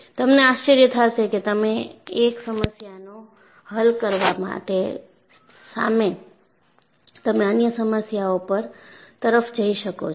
તમને આશ્ચર્ય થાશે કે તમે એક સમસ્યાનો હલ કરવા માટે સામે તમે અન્ય સમસ્યાઓ તરફ જઈ શકો છો